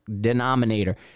denominator